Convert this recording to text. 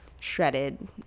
shredded